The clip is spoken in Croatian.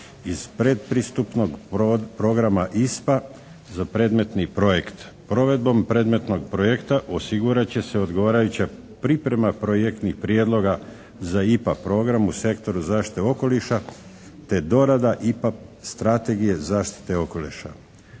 iz predpristupnog programa ISPA za predmetni projekt. Provedbom predmetnog projekta osigurat će se odgovarajuća priprema projektnih prijedloga za IPA program u sektoru zaštite okoliša te dorada IPA strategije zaštite okoliša.